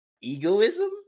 egoism